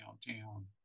downtown